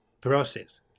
process